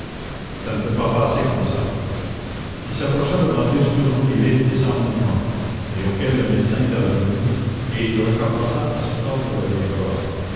ça ne peut pas passer comme ça il s'approcha de marius toujours livide et sans mouvement et auquel le médecin était revenu et il recommença à se tordre les bras